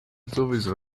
sowieso